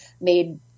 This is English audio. made